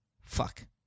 Fuck